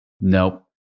Nope